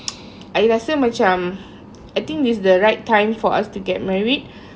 I rasa macam I think this the right time for us to get married